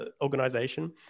organization